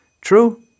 True